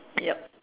yup